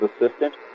assistant